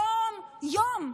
יום-יום.